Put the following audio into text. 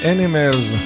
Animals